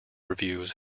reviews